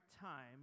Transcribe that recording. time